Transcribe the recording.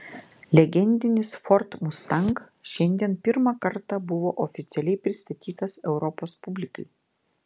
legendinis ford mustang šiandien pirmą kartą buvo oficialiai pristatytas europos publikai